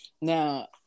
now